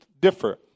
differ